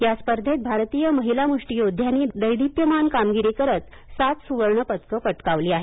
या स्पर्धेत भारतीय महिला मुष्टीयोद्ध्यांनी देदीप्यमान कामगिरी करत सात सुवर्ण पदकं पटकावली आहेत